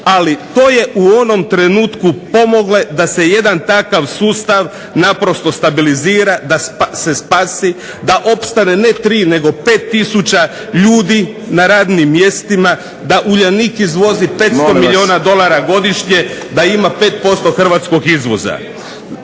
Ali to je u onom trenutku pomoglo da se jedan takav sustav naprosto stabilizira, da se spasi da opstane ne tri nego pet tisuća ljudi na radnim mjestima, da Uljanik izvozi 500 milijuna dolara godišnje, da ima 5% hrvatskog izvoza.